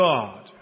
God